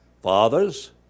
Fathers